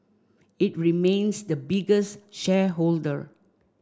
it remains the biggest shareholder